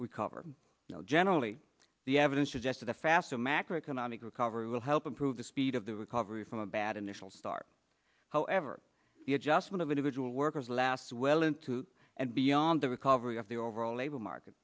recover generally the evidence suggested a faster macro economic recovery will help improve the speed of the recovery from a bad initial start however the adjustment of individual workers last well into and beyond the recovery of the overall labor market